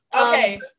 okay